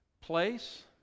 place